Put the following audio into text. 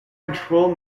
control